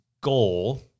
goal